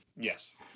Yes